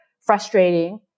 frustrating